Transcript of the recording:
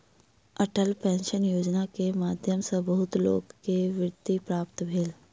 Atal pension Yojana के माध्यम सॅ बहुत लोक के वृत्ति प्राप्त भेल